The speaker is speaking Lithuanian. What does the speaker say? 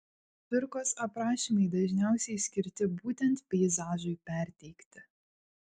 cvirkos aprašymai dažniausiai skirti būtent peizažui perteikti